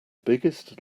biggest